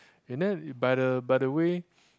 and then by the by the way